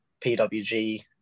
PWG